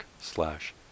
slash